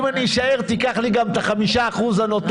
אם אני אשאר, תיקח לי גם את ה-5% הנותרים.